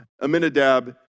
Aminadab